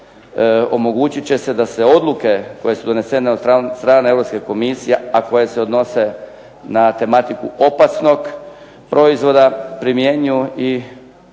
omogućit će se da se odluke koje su donesene od strane Europske komisije, a koje se odnose na tematiku opasnog proizvoda, primjenjuju